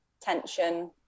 tension